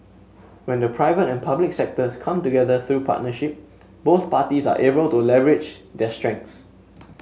when the private and public sectors come together through partnership both parties are able to leverage their strengths